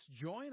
join